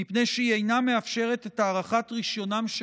מפני שהיא אינה מאפשרת את הארכת רישיונם של